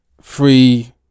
free